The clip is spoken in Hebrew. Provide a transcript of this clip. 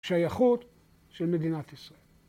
שייכות של מדינת ישראל.